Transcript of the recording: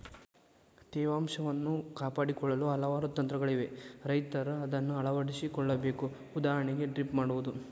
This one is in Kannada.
ತೇವಾಂಶವನ್ನು ಕಾಪಾಡಿಕೊಳ್ಳಲು ಹಲವಾರು ತಂತ್ರಗಳಿವೆ ರೈತರ ಅದನ್ನಾ ಅಳವಡಿಸಿ ಕೊಳ್ಳಬೇಕು ಉದಾಹರಣೆಗೆ ಡ್ರಿಪ್ ಮಾಡುವುದು